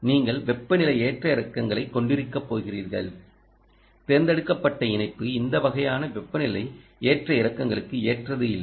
நீங்கள் வெப்பநிலை ஏற்ற இறக்கங்களைக் கொண்டிருக்கப் போகிறீர்கள் தேர்ந்தெடுக்கப்பட்ட இணைப்பு இந்த வகையான வெப்பநிலை ஏற்ற இறக்கங்களுக்கு ஏற்றது இல்லை